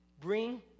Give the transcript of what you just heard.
bring